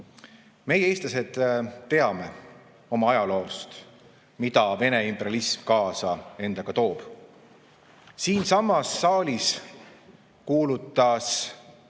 eestlased, teame oma ajaloost, mida Vene imperialism endaga kaasa toob. Siinsamas saalis kuulutas